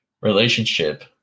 relationship